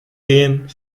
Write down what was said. gehen